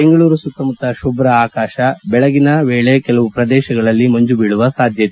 ಬೆಂಗಳೂರು ಸುತ್ತಮುತ್ತ ಶುಭ್ರ ಆಕಾಶ ಬೆಳಗಿನ ವೇಳೆ ಕೆಲವು ಪ್ರದೇಶಗಳಲ್ಲಿ ಮಂಜುಬೀಳುವ ಸಾಧ್ಯತೆ